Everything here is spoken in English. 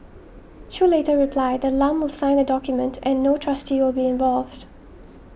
Chew later replied that Lam will sign the document and no trustee will be involved